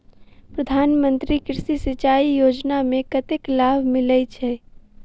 प्रधान मंत्री कृषि सिंचाई योजना मे कतेक लाभ मिलय छै?